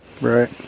Right